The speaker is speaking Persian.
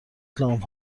لامپ